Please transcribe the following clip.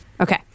Okay